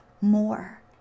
more